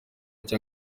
cya